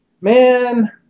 Man